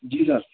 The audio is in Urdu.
جی سر